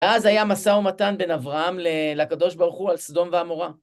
אז היה מסע ומתן בין אברהם ל.. לקדוש ברוך הוא על סדום ועמורה.